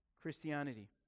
Christianity